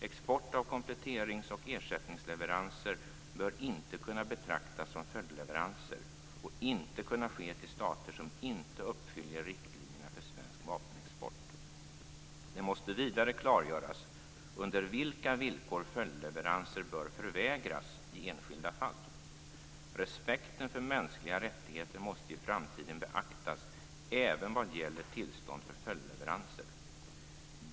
Export av kompletterings eller ersättningsleveranser bör inte kunna betraktas som följdleveranser och inte kunna ske till stater som inte uppfyller riktlinjerna för svensk vapenexport. Det måste vidare klargöras under vilka villkor följdleveranser bör förvägras i enskilda fall. Respekten för mänskliga rättigheter måste i framtiden beaktas även vad gäller tillstånd för följdleveranser.